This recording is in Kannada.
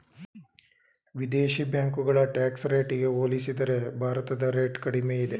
ವಿದೇಶಿ ಬ್ಯಾಂಕುಗಳ ಟ್ಯಾಕ್ಸ್ ರೇಟಿಗೆ ಹೋಲಿಸಿದರೆ ಭಾರತದ ರೇಟ್ ಕಡಿಮೆ ಇದೆ